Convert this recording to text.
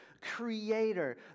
creator